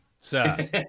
sir